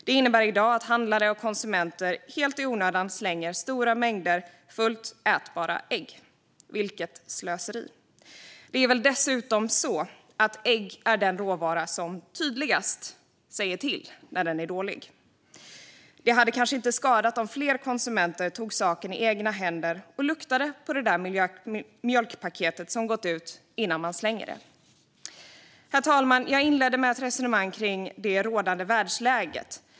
Det innebär i dag att handlare och konsumenter helt i onödan slänger stora mängder fullt ätbara ägg. Vilket slöseri! Det är väl dessutom så att ägg är den råvara som tydligast "säger till" när den är dålig. Det skulle inte skada om fler konsumenter tog saken i egna händer och luktade på det där mjölkpaketet som gått ut innan de slänger det. Herr talman! Jag inledde med ett resonemang kring det rådande världsläget.